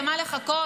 למה לחכות?